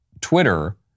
Twitter